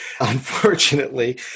unfortunately